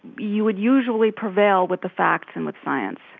you would usually prevail with the facts and with science.